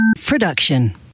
production